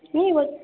نہیں وہ